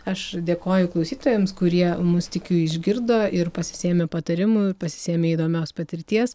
aš dėkoju klausytojams kurie mus tikiu išgirdo ir pasisėmė patarimų pasisėmė įdomios patirties